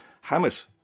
Hammett